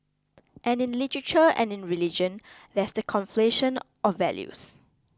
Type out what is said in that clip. and in literature and in religion there's the conflation of values